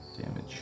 damage